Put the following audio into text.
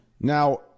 now